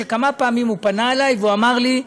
שכמה פעמים פנה אלי ואמר לי: